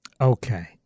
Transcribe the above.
Okay